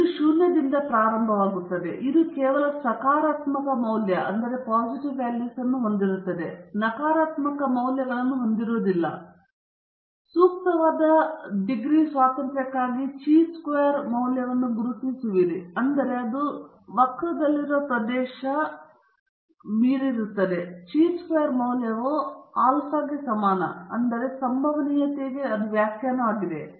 ಇಲ್ಲಿ ಶೂನ್ಯದಿಂದ ಪ್ರಾರಂಭವಾಗುತ್ತಿದೆ ಇದು ಕೇವಲ ಸಕಾರಾತ್ಮಕ ಮೌಲ್ಯಗಳನ್ನು ಹೊಂದಿರುತ್ತದೆ ನೀವು ನಕಾರಾತ್ಮಕ ಮೌಲ್ಯಗಳನ್ನು ಹೊಂದಿಲ್ಲ ಮತ್ತು ನಂತರ ನೀವು ಸೂಕ್ತವಾದ ಡಿಗ್ರಿ ಸ್ವಾತಂತ್ರ್ಯಕ್ಕಾಗಿ ಚಿ ವರ್ಗ ಮೌಲ್ಯವನ್ನು ಗುರುತಿಸುತ್ತೀರಿ ಅಂದರೆ ಅದು ಮೀರಿ ವಕ್ರದಲ್ಲಿರುವ ಪ್ರದೇಶ ಚಿ ವರ್ಗ ಮೌಲ್ಯವು ಆಲ್ಫಾ ಸರಿ ಆದ್ದರಿಂದ ಸಂಭವನೀಯತೆಗೆ ಅದು ವ್ಯಾಖ್ಯಾನವಾಗಿದೆ